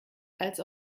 als